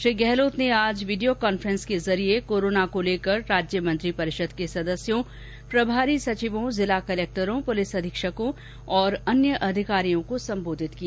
श्री गहलोत ने आज video conference के जरिए कोरोना को लेकर राज्य मंत्रिपरिषद के सदस्यों प्रभारी सचिवों जिला कलेक्टरों पुलिस अधीक्षकों और अन्य अधिकारियों को संबोधित किया